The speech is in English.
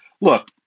look